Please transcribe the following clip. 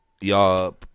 Y'all